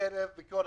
ובקרב כל הממשלה.